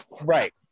Right